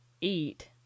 eat